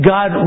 God